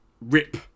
rip